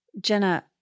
jenna